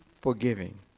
forgiving